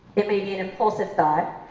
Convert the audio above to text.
it may be an impulsive thought,